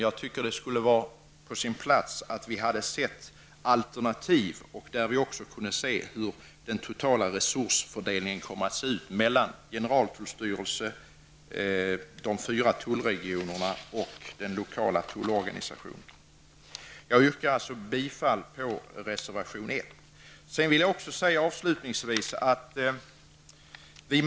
Jag tycker att det hade varit på sin plats att vi först fått se alternativ och få en uppfattning om den totala resursfördelningen mellan generaltullstyrelsen, de fyra tullregionerna och den lokala tullorganisationen. Jag yrkar alltså bifall till reservation nr 1.